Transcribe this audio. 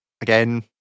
Again